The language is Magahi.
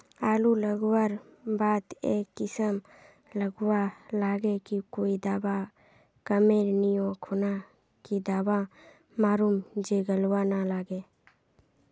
आलू लगवार बात ए किसम गलवा लागे की कोई दावा कमेर नि ओ खुना की दावा मारूम जे गलवा ना लागे?